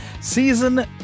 Season